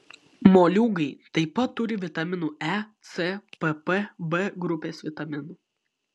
moliūgai taip pat turi vitaminų e c pp b grupės vitaminų